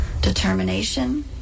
determination